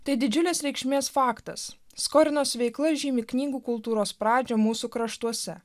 tai didžiulės reikšmės faktas skorinos veikla žymi knygų kultūros pradžią mūsų kraštuose